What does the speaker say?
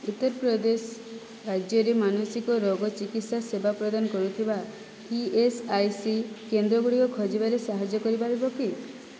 ଉତ୍ତରପ୍ରଦେଶ ରାଜ୍ୟରେ ମାନସିକ ରୋଗ ଚିକିତ୍ସା ସେବା ପ୍ରଦାନ କରୁଥିବା ଇ ଏସ୍ ଆଇ ସି କେନ୍ଦ୍ର ଗୁଡ଼ିକ ଖୋଜିବାରେ ସାହାଯ୍ୟ କରିପାରିବ କି